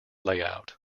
layout